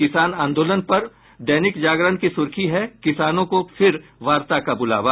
किसान आंदोलन पर दैनिक जागरण की सुर्खी है किसानों को फिर वार्ता का बुलावा